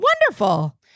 Wonderful